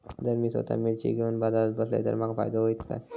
जर मी स्वतः मिर्ची घेवून बाजारात बसलय तर माका फायदो होयत काय?